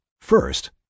First